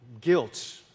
guilt